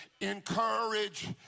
Encourage